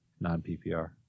non-PPR